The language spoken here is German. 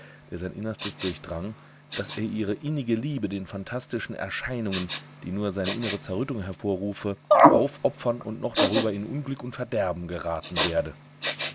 der sein innerstes durchdrang daß er ihre innige liebe den phantastischen erscheinungen die nur seine innere zerrüttung hervorrufe aufopfern und noch darüber in unglück und verderben geraten werde